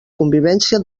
convivència